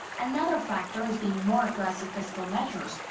another factor has been more aggressive fiscal measures.